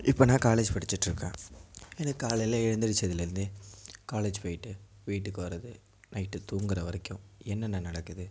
இப்போ நான் காலேஜ் படித்திட்டு இருக்கேன் எனக்கு காலையில் எழுந்துரிச்சதிலருந்தே காலேஜ் போயிட்டு வீட்டுக்கு வரது நைட்டு தூங்குகிற வரைக்கும் என்ன என்ன நடக்குது